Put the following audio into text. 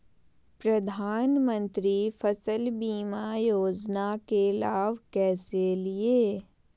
प्रधानमंत्री फसल बीमा योजना के लाभ कैसे लिये?